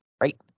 right